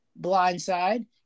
blindside